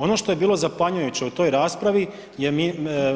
Ono što je bilo zapanjujuće u toj raspravi je